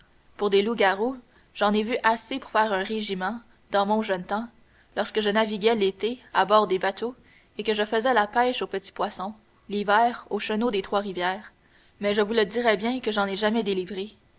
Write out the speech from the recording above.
pour des loups-garous j'en ai vu assez pour faire un régiment dans mon jeune temps lorsque je naviguais l'été à bord des bateaux et que je faisais la pêche au petit poisson l'hiver aux chenaux des trois rivières mais je vous le dirai bien que j'en ai jamais délivré